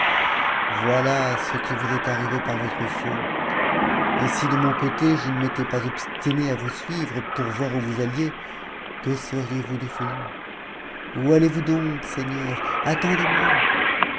voilà ce qui vous est arrivé par votre faute et si de mon côté je ne m'étais pas obstiné à vous suivre pour voir où vous alliez que seriez-vous devenu où allez-vous donc seigneur attendez-moi